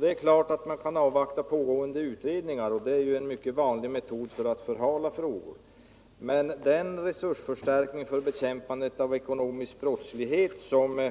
Det är klart att man först kan avvakta resultatet av pågående utredningars arbete — det är ju en mycket vanlig metod för att förhala frågor — men den resursförstärkning för bekämpandet av ekonomisk brottslighet som